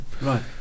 Right